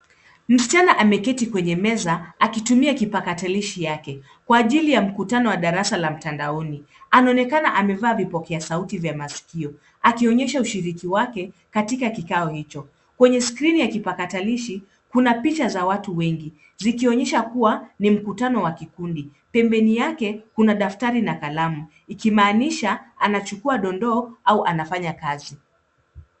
Msichana ameketi mezani akitumia kipakatalishi chake kwa ajili ya mkutano wa darasa la mtandaoni. Amevaa vifaa vya sauti vya masikioni, lakini haonekani kushiriki kikamilifu katika kikao hicho. Kwenye skrini ya kipakatalishi, kuna picha za washiriki wengi, zikionyesha kuwa ni mkutano wa kikundi. Pembeni yake kuna daftari na kalamu, ishara kwamba anachukua dondoo au anafanya kazi nyingine.